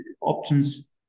options